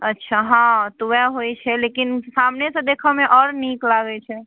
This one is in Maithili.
अच्छा हँ तऽ ओएह होइत छै लेकिन सामनेसँ देखऽ मे आओर नीक लागैत छै